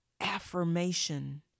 affirmation